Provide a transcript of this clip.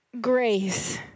grace